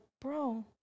bro